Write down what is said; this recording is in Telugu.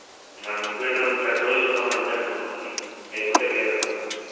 మరి ముగ్గురు ఉంటే మేం ప్రతిరోజు పోతాం అందుకని అంటున్నాం అండి లేకపోతే లేదు కదన్న